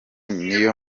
n’iyo